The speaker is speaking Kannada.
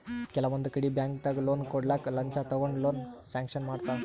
ಕೆಲವೊಂದ್ ಕಡಿ ಬ್ಯಾಂಕ್ದಾಗ್ ಲೋನ್ ಕೊಡ್ಲಕ್ಕ್ ಲಂಚ ತಗೊಂಡ್ ಲೋನ್ ಸ್ಯಾಂಕ್ಷನ್ ಮಾಡ್ತರ್